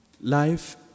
Life